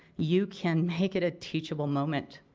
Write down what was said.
you can make it a teachable moment.